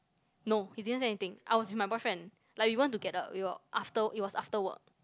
no he didn't say anything I was with my boyfriend like we want to get up we were after it was after work